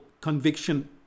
conviction